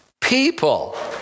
people